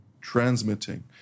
transmitting